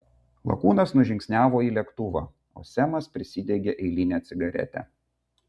lakūnas nužingsniavo į lėktuvą o semas prisidegė eilinę cigaretę